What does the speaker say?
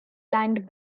land